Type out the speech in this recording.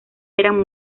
eran